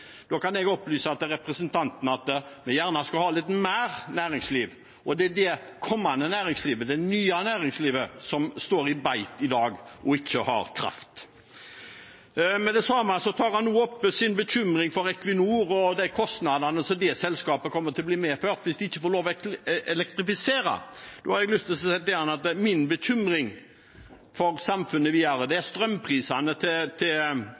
Da kan jeg opplyse til representanten at vi gjerne skulle hatt litt mer næringsliv. Det er det kommende næringslivet, det nye næringslivet, som er i beit i dag og ikke har kraft. Samtidig tar han opp sin bekymring for Equinor og de kostnadene det selskapet kommer til å bli påført hvis de ikke får lov til å elektrifisere. Da har jeg lyst til å si til ham at min bekymring for samfunnet videre er dagens strømpriser for konsumentene og forbrukerne og de prisene det